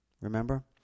remember